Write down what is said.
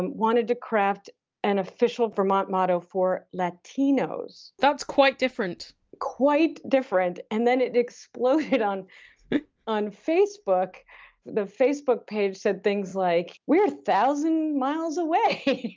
and wanted to craft an official vermont motto for latinos that's quite different quite different and then it exploded on on facebook the facebook page said things like, we're a thousand miles away